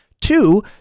Two